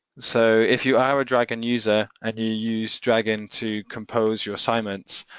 so if you are a dragon user and you use dragon to compose your assignments,